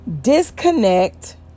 disconnect